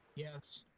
yes.